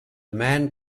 man